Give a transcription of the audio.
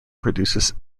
produces